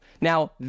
Now